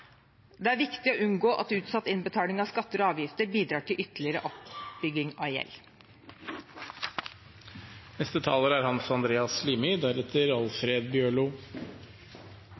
Det er viktig å unngå at utsatt innbetaling av skatter og avgifter bidrar til ytterligere oppbygging av gjeld. Koronapandemien med smitteverntiltak er